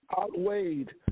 outweighed